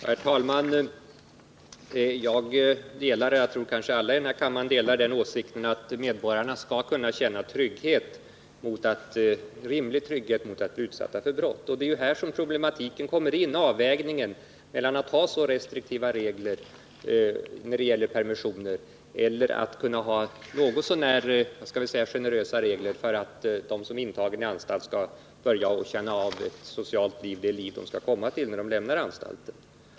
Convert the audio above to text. Herr talman! Jag — liksom alla i kammaren, tror jag — delar åsikten att medborgarna skall kunna känna rimlig trygghet när det gäller att bli utsatta för brott. Det är här som problematiken kommer in med avvägningen mellan restriktiva regler för permissioner och något så när generösa regler för att de som är intagna i en anstalt skall kunna börja känna av det sociala liv som de skall komma till när de lämnar anstalten.